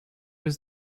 was